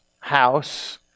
house